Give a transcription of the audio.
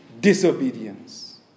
disobedience